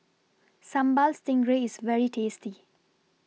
Sambal Stingray IS very tasty